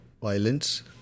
violence